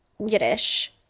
Yiddish